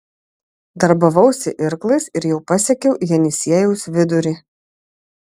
darbavausi irklais ir jau pasiekiau jenisiejaus vidurį